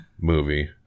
Movie